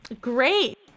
Great